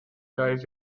lies